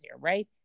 right